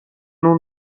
اون